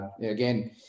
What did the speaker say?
again